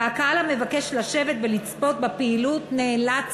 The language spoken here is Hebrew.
והקהל המבקש לשבת ולצפות בפעילות נאלץ